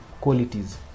qualities